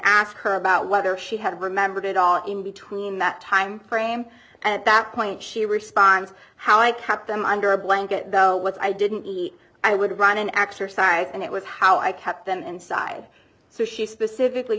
ask her about whether she had remembered at all in between that time frame and at that point she responds how i kept them under a blanket what i didn't eat i would run an exercise and it was how i kept them inside so she specifically